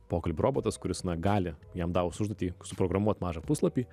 pokalbių robotas kuris na gali jam davus užduotį suprogramuot mažą puslapį